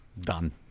done